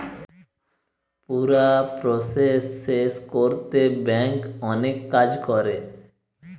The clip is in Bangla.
পুরা প্রসেস শেষ কোরতে ব্যাংক অনেক কাজ করে